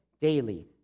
daily